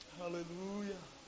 hallelujah